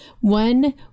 One